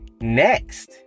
Next